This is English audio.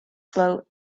float